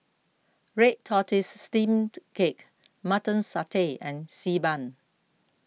Red Tortoise Steamed Cake Mutton Satay and Xi Ban